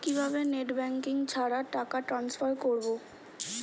কিভাবে net banking ছাড়া টাকা ট্রান্সফার করবো?